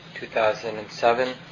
2007